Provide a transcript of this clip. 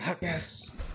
Yes